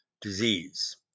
disease